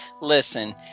Listen